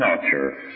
culture